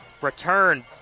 return